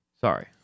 Sorry